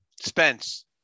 Spence